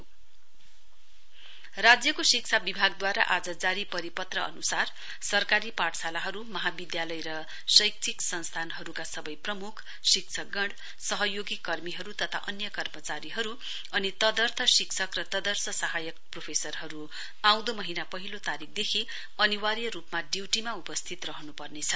education department circular राज्यको शिक्षा विभागद्वारा आज जारी परिपत्र अनुसार सरकारी पाठशालाहरु महाविद्वालय र शैक्षिक संस्थानहरुका सवै प्रमुख शिक्षकगण सहयोगी कर्मीहरु तथा अन्य कर्मचारीहरु अनि तदर्थ शिक्षक र तदर्थ सहायक प्रोफेसरहरु आउँदो महीना पहिलो तारीकदेखि अनिवार्य रुपमा ड्यूटीमा उपस्थित रहनुपर्नेछ